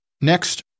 Next